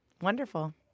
Wonderful